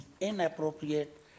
Inappropriate